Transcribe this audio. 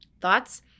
thoughts